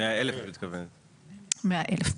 בנוסף,